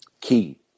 key